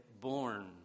born